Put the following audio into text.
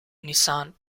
nissan